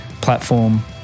platform